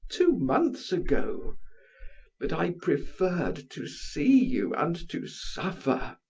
two months ago but i preferred to see you and to suffer,